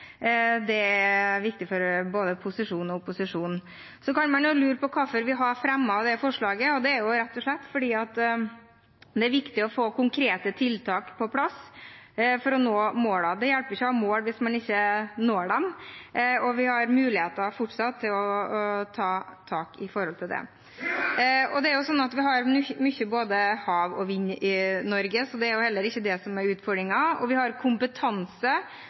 som er viktig framover, er viktig for både posisjonen og opposisjonen. Man kan sikkert lure på hvorfor vi har fremmet det forslaget, og det er rett og slett fordi det er viktig å få konkrete tiltak på plass for å nå målene. Det hjelper ikke å ha mål hvis man ikke når dem, og vi har fortsatt mulighet til å gjøre noe med det. Vi har mye av både hav og vind i Norge, så det er ikke det som er utfordringen. Vi har også kompetanse